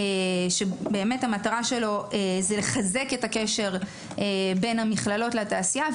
שהמטרה שלו לחזק את הקשר בין המכללות לתעשייה,